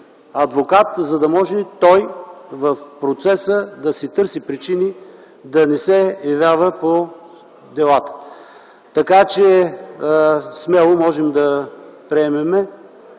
адвокат, за да може той в процеса да си търси причини да не се явява по делата. Така че смело можем да приемем